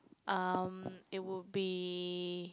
um it would be